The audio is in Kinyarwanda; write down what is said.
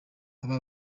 aba